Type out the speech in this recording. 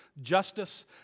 justice